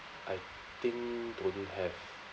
I think don't have